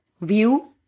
view